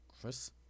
Chris